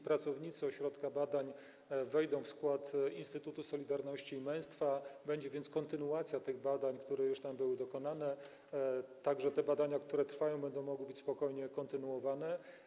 Pracownicy ośrodka badań wejdą w skład Instytutu Solidarności i Męstwa, więc będzie kontynuacja badań, które już tam były dokonane, a także te badania, które trwają, będą mogły być spokojnie kontynuowane.